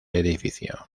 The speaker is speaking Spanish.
edificio